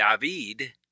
David